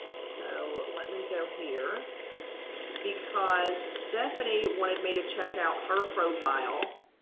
so let me go here because stephanie wanted me to check out her profile.